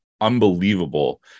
unbelievable